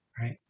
right